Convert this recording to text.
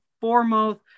foremost